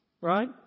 Right